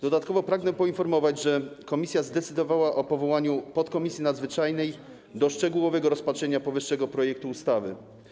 Dodatkowo pragnę poinformować, że komisja zdecydowała o powołaniu podkomisji nadzwyczajnej do szczegółowego rozpatrzenia powyższego projektu ustawy.